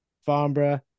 Farnborough